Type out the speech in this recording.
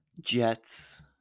Jets